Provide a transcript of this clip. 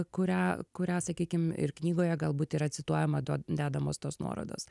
kurią kurią sakykim ir knygoje galbūt yra cituojama do dedamos tos nuorodos